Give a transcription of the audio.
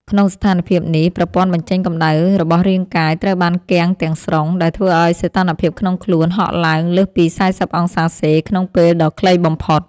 ក្នុងស្ថានភាពនេះ ប្រព័ន្ធបញ្ចេញកម្ដៅរបស់រាងកាយត្រូវបានគាំងទាំងស្រុង ដែលធ្វើឱ្យសីតុណ្ហភាពក្នុងខ្លួនហក់ឡើងលើសពី ៤០ អង្សាសេ ក្នុងពេលដ៏ខ្លីបំផុត។